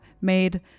made